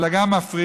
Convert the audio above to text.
אלא גם מפריעים.